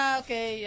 okay